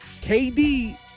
KD